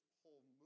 whole